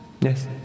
Yes